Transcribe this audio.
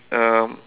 um